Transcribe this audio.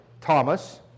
Thomas